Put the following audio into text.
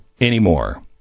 anymore